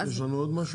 יש לנו עוד משהו?